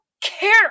care